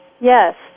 Yes